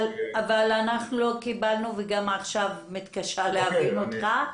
אבל לא קיבלנו וגם עכשיו אני מתקשה להבין אותך.